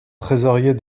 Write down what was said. trésorier